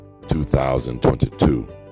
2022